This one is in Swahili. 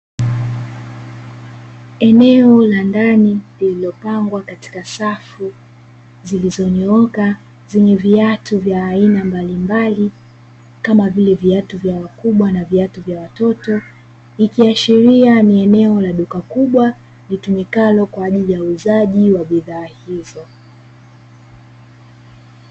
Eneo la ndani lililopangwa katika safu zilizonyooka zenye viatu vya aina mbalimbali, kama vile; viatu vya wakubwa na viatu vya watoto, ikiashiria ni eneo la duka kubwa, litumikalo kwa ajili ya uuzaji wa bidhaa hizo.